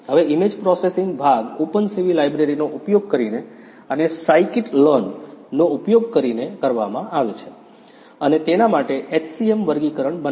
હવે image processing ભાગ openCV લાઇબ્રેરીનો ઉપયોગ કરીને અને સાયકિટ લર્ન નો ઉપયોગ કરીને કરવામાં આવે છે અમે તેના માટે HCM વર્ગીકરણ બનાવ્યું છે